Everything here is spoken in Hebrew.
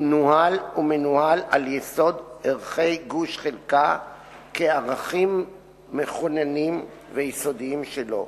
הוא נוהל ומנוהל על יסוד ערכי גוש וחלקה כערכים מכוננים ויסודיים שלו.